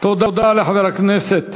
תודה לחבר הכנסת